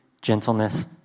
gentleness